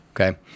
okay